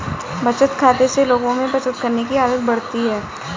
बचत खाते से लोगों में बचत करने की आदत बढ़ती है